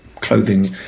clothing